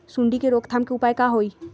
सूंडी के रोक थाम के उपाय का होई?